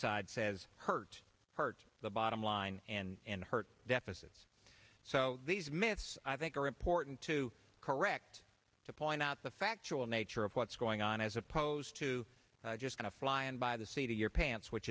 side says hurt hurt the bottom line and hurt deficits so these myths i think are important to correct to point out the factual nature of what's going on as opposed to just gonna fly and by the seat of your pants which